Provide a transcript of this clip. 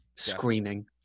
screaming